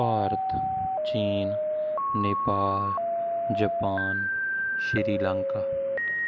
ਭਾਰਤ ਚੀਨ ਨੇਪਾਲ ਜਪਾਨ ਸ਼੍ਰੀਲੰਕਾ